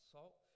Salt